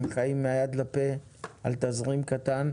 הם חיים מהיד לפה על תזרים קטן,